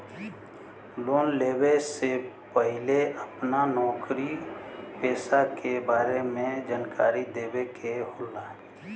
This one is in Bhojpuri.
लोन लेवे से पहिले अपना नौकरी पेसा के बारे मे जानकारी देवे के होला?